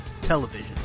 television